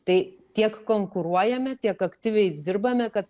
tai tiek konkuruojame tiek aktyviai dirbame kad